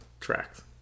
tracks